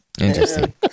interesting